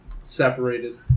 separated